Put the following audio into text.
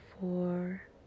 four